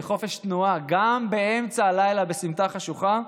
לחופש תנועה גם באמצע הלילה בסמטה חשוכה,